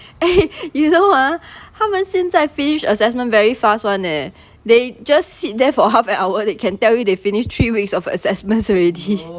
eh you know ah 他们现在 finish assessment very fast [one] eh they just sit there for half an hour they can tell you they finished three weeks of assessments already